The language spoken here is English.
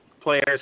players